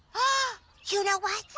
ah you know what?